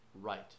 right